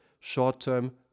short-term